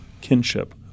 kinship